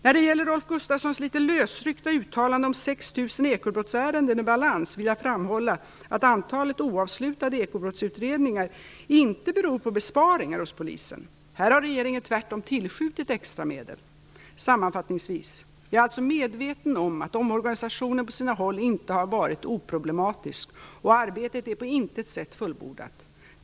När det gäller Rolf Gunnarssons litet lösryckta uttalande om 6 000 ekobrottsärenden i balans vill jag framhålla att antalet oavslutade ekobrottsutredningar inte beror på besparingar hos polisen. I det sammanhanget har regeringen tvärtom tillskjutit extra medel. Sammanfattningsvis: Jag är alltså medveten om att omorganisationen på sina håll inte har varit oproblematisk, och arbetet är på intet sätt fullbordat.